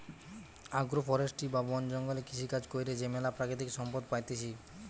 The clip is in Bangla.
আগ্রো ফরেষ্ট্রী বা বন জঙ্গলে কৃষিকাজ কইরে যে ম্যালা প্রাকৃতিক সম্পদ পাইতেছি